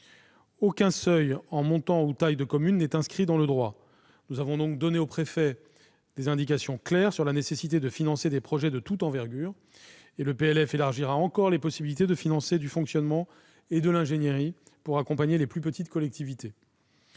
Aucun seuil, en montant ou taille de commune, n'est inscrit dans le droit et nous avons donné aux préfets des indications claires sur la nécessité de financer des projets de toute envergure. Le projet de loi de finances élargira encore les possibilités de financer du fonctionnement et de l'ingénierie pour accompagner les plus petites collectivités.